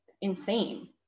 insane